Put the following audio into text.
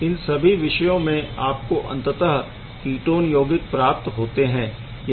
इन सभी विषयों में आपको अंततः कीटोन यौगिक प्राप्त होते है